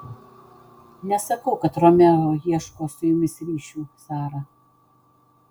nesakau kad romeo ieško su jumis ryšių sara